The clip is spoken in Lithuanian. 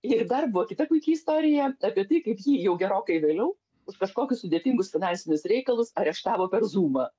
ir dar buvo kita puiki istorija apie tai kaip jį jau gerokai vėliau už kažkokius sudėtingus finansinius reikalus areštavo per zumą